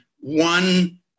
one